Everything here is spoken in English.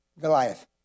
Goliath